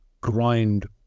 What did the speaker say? grind